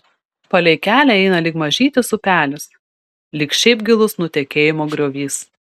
palei kelią eina lyg mažytis upelis lyg šiaip gilus nutekėjimo griovys